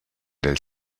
del